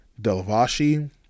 Delavashi